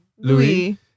Louis